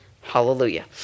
Hallelujah